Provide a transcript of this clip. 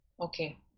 Okay